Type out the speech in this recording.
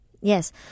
Yes